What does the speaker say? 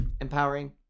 empowering